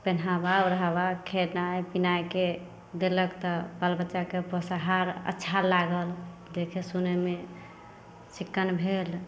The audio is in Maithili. पेन्हाबा ओढ़ाबा खेनाइ पीनाइके देलक तऽ बाल बच्चाके पोषाहार अच्छा लागल देखे सुनेमे चिक्कन भेल